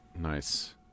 Nice